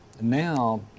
Now